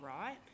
right